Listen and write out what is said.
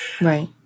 Right